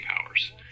powers